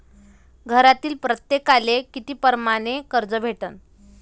घरातील प्रत्येकाले किती परमाने कर्ज भेटन?